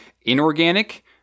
inorganic